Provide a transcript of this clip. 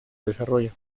desarrollo